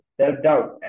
self-doubt